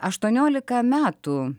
aštuoniolika metų